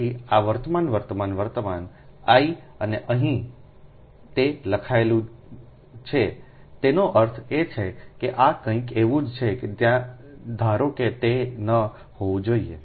તેથી આ વર્તમાન વર્તમાન વર્તમાન I અને અહીં તે લખાયેલું છે તેનો અર્થ એ છે કે આ કંઈક એવું જ છે ત્યાં ધારો કે તે ન હોવું જોઈએ